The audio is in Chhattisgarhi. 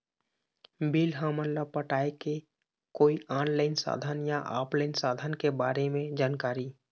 बिल हमन ला पटाए के कोई ऑनलाइन साधन या ऑफलाइन साधन के बारे मे जानकारी?